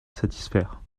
satisfaire